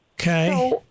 Okay